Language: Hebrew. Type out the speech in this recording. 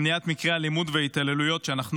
למניעת מקרי אלימות והתעללויות שאנחנו